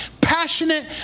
passionate